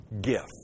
gift